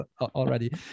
already